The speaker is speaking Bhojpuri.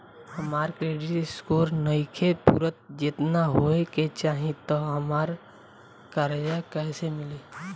हमार क्रेडिट स्कोर नईखे पूरत जेतना होए के चाही त हमरा कर्जा कैसे मिली?